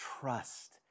trust